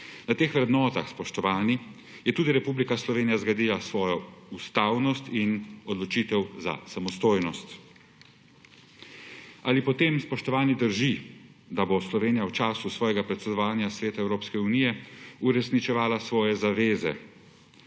Na teh vrednotah, spoštovani, je tudi Republika Slovenija zgradila svojo ustavnost in odločitev za samostojnost. Ali potem, spoštovani, drži, da bo Slovenija v času svojega predsedovanja Svetu Evropske unije uresničevala svoje zaveze?